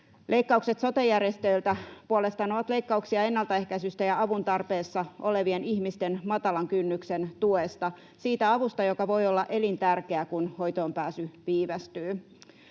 Leikkaukset sote-järjestöiltä puolestaan ovat leikkauksia ennaltaehkäisystä ja avun tarpeessa olevien ihmisten matalan kynnyksen tuesta — siitä avusta, joka voi olla elintärkeää, kun hoitoonpääsy viivästyy.